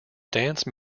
dance